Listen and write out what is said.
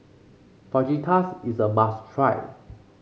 fajitas is a must try